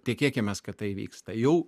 tikėkimės kad tai vyksta jau